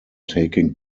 taking